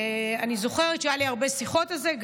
אני זוכרת שהיו לי הרבה שיחות על זה,